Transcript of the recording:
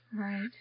Right